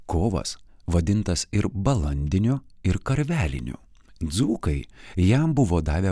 kovas vadintas ir balandiniu ir karveliniu dzūkai jam buvo davę